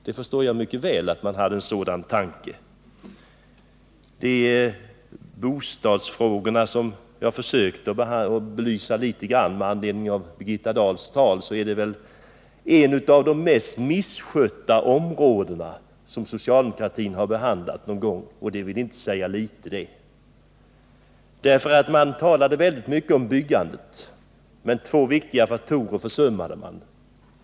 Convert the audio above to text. Med anledning av vad Birgitta Dahl sagt har jag försökt att något belysa bostadsfrågorna, som är ett av de av socialdemokratin mest misskötta områdena, och det vill inte säga litet. Det talades mycket om byggandet, men två viktiga faktorer försummades.